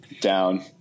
down